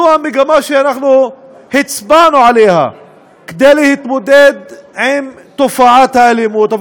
זו המגמה שאנחנו הצבענו עליה כדי להתמודד עם תופעת האלימות.